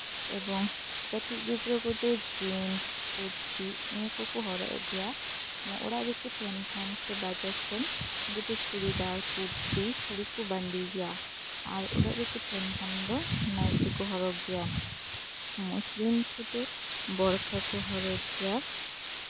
ᱮᱵᱚᱝ ᱠᱟᱴᱤᱡ ᱜᱤᱫᱽᱨᱟᱹ ᱠᱚᱫᱚ ᱡᱤᱱᱥ ᱠᱯᱨᱪᱤ ᱱᱤᱭᱟᱹ ᱠᱚᱠᱚ ᱦᱚᱨᱚᱜ ᱮᱫ ᱜᱮᱭᱟ ᱚᱲᱟᱜ ᱨᱮᱠᱚ ᱛᱟᱦᱮᱸᱱ ᱠᱷᱟᱱ ᱥᱮ ᱵᱟᱡᱟᱨ ᱥᱮᱱ ᱨᱮᱫᱚ ᱪᱩᱲᱤ ᱫᱟᱨ ᱠᱩᱨᱛᱤ ᱠᱚ ᱵᱟᱸᱫᱮᱭ ᱜᱮᱭᱟ ᱟᱨ ᱚᱲᱟᱜ ᱨᱮᱠᱚ ᱛᱟᱦᱮᱱ ᱠᱷᱟᱱ ᱫᱚ ᱱᱟᱭᱴᱤ ᱠᱚ ᱦᱚᱨᱚᱜᱽ ᱜᱮᱭᱟ ᱢᱩᱥᱞᱤᱢ ᱠᱚᱫᱚ ᱜᱳᱨᱠᱷᱟ ᱠᱚ ᱦᱚᱨᱚᱜᱽ ᱜᱮᱭᱟ